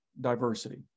diversity